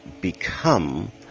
become